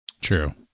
True